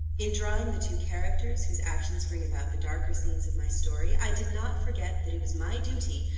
in drawing the two characters, whose actions bring about the darker scenes of my story, i did not forget that it was my duty,